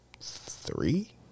Three